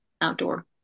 outdoor